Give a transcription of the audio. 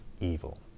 evil